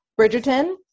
Bridgerton